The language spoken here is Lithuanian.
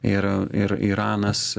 ir ir iranas